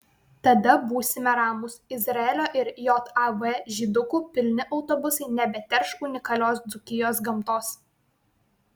tada būsime ramūs izraelio ir jav žydukų pilni autobusai nebeterš unikalios dzūkijos gamtos